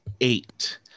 eight